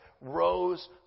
rose